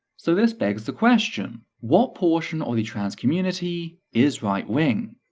so this begs the question what portion of the trans community is right wing?